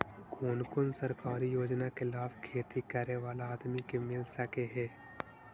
कोन कोन सरकारी योजना के लाभ खेती करे बाला आदमी के मिल सके हे?